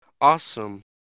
Awesome